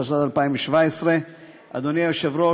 התשע"ז 2017. אדוני היושב-ראש,